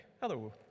Hello